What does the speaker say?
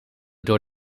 door